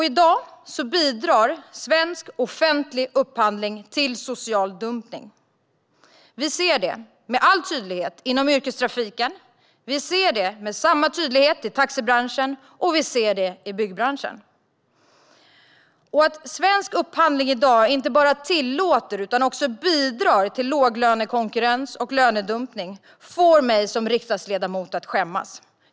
I dag bidrar svensk offentlig upphandling till social dumpning. Vi ser det med all tydlighet inom yrkestrafiken. Vi ser det med samma tydlighet i taxibranschen, och vi ser det i byggbranschen. Att svensk upphandling i dag inte bara tillåter utan också bidrar till låglönekonkurrens och lönedumpning får mig som riksdagsledamot att skämmas.